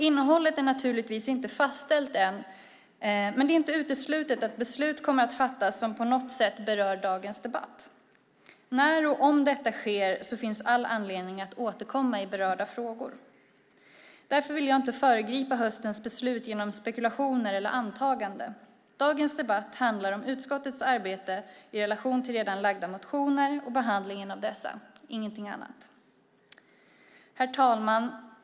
Innehållet är naturligtvis inte fastställt än, men det är inte uteslutet att beslut kommer att fattas som på något sätt berör dagens debatt. När och om detta sker finns det all anledning att återkomma i berörda frågor. Därför vill jag inte föregripa höstens beslut genom spekulationer eller antaganden. Dagens debatt handlar om utskottets arbete i relation till redan framlagda motioner och behandlingen av dessa, ingenting annat. Herr talman!